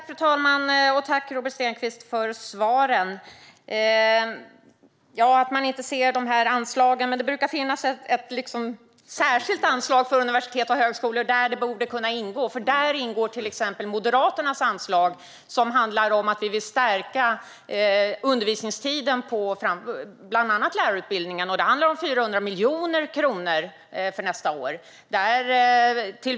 Fru talman! Tack, Robert Stenkvist, för svaren! Man ser inte anslagen, men det brukar finnas ett särskilt anslag för universitet och högskolor, där detta borde kunna ingå. Där ingår till exempel Moderaternas anslag; det handlar om att vi vill stärka undervisningstiden på bland annat lärarutbildningen. Det rör sig om 400 miljoner kronor för nästa år.